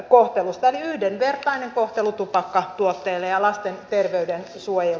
eli yhdenvertainen kohtelu tupakkatuotteille ja lasten terveyden suojelu